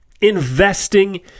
investing